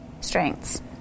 strengths